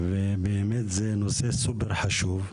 באמת זה נושא סופר חשוב.